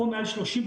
חום מעל 39,